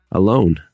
alone